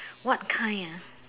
what kind ah